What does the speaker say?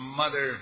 mother